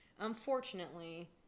unfortunately